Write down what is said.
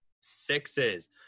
sixes